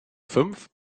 fünf